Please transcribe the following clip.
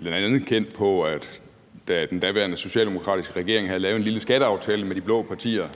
bl.a. kendt på, at hun, da den daværende socialdemokratiske regering havde lavet en lille skatteaftale med de blå partier,